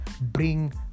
bring